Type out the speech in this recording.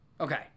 okay